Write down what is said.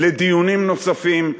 לדיונים נוספים.